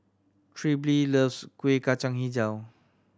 Trilby loves Kueh Kacang Hijau